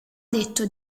detto